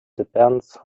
depends